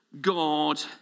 God